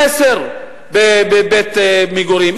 עשרה בבית מגורים.